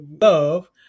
love